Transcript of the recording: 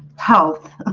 health